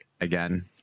again